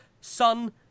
Sun